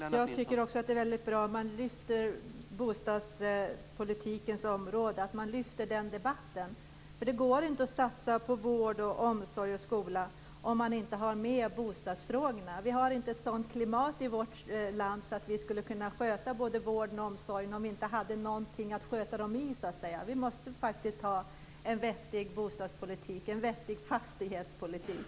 Herr talman! Jag tycker också att det är bra att man lyfter upp bostadspolitiken och den debatten. Det går inte att satsa på vård, omsorg och skola om man inte tar med bostadsfrågorna. Vi har inte ett sådant klimat i vårt land att vi skulle kunna sköta både vården och omsorgen om vi inte hade någonting att sköta dem i. Vi måste faktiskt ha en vettig bostadspolitik och en vettig fastighetspolitik.